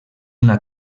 una